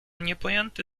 niepojęty